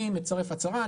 אני מצרף הצהרה,